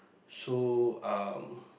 so um